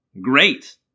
Great